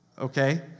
Okay